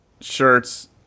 shirts